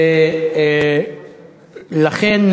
ולכן,